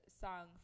song